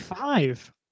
five